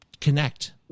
connect